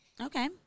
Okay